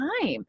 time